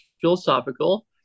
philosophical